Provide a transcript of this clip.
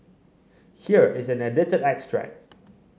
here is an edited extract